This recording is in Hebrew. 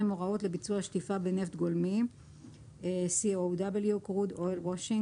הוראות לביצוע שטיפה בנפט גולמי(COW- Crude Oil Washing)